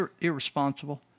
irresponsible